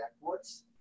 backwards